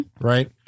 right